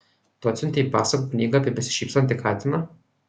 tu atsiuntei pasakų knygą apie besišypsantį katiną